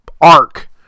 arc